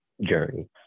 journey